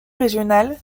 régionale